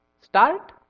Start